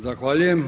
Zahvaljujem.